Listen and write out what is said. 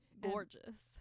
Gorgeous